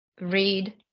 read